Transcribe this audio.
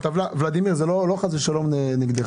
ולדימיר, זה לא חס ושלום נגדך.